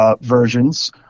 Versions